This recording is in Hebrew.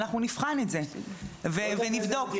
אנחנו נבחן ונבדוק זאת.